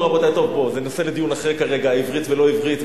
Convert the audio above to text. זה נושא לדיון אחר כרגע, עברית ולא עברית.